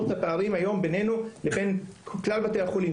את הפערים בינינו לבין כלל בתי החולים.